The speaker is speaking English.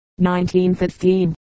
1915